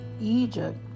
Egypt